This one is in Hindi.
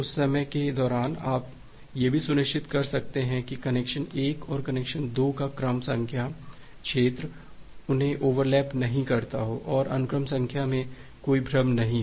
उस समय के दौरान आप यह भी सुनिश्चित कर सकते हैं कि कनेक्शन 1 और कनेक्शन 2 का क्रम संख्या क्षेत्र उन्हें ओवरलैप नहीं करते हों और अनुक्रम संख्या में कोई भ्रम नहीं हो